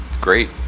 great